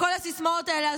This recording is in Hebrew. את כל הסיסמאות האלה,